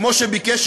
כמו שביקש,